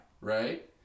right